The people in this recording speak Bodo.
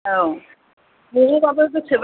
औ न'आवबाबो गोसोर